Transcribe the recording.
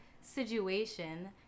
situation